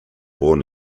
born